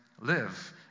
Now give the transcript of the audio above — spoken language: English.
live